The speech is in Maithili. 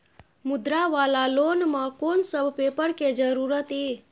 मुद्रा वाला लोन म कोन सब पेपर के जरूरत इ?